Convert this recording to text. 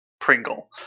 Pringle